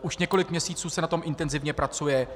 Už několik měsíců se na tom intenzivně pracuje.